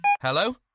Hello